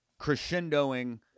crescendoing